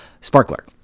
Sparkler